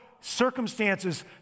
circumstances